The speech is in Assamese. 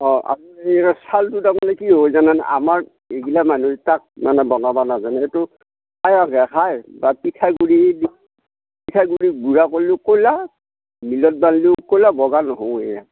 অঁ আৰু এই চাউলটো তাৰমানে কি হয় জানানে আমাৰ ইগিলা মানুহে তাক মানে বনাব নাজানে সেইটো খায় তাত পিঠাগুড়ি দি পিঠাগুড়ি গুড়া কৰিলেও ক'লা মিলত বানিলেও ক'লা বগা নহয় এ